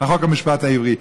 חוק המשפט העברי.